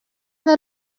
that